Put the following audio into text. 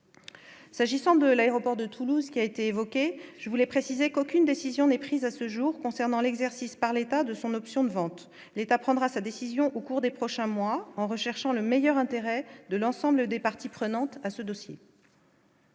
S'agissant de l'aéroport de Toulouse qui a été évoqué, je voulais préciser qu'aucune décision n'est prise à ce jour concernant l'exercice par l'état de son option de vente, l'État prendra sa décision au cours des prochains mois, en recherchant le meilleur intérêt de l'ensemble des parties prenantes à ce dossier.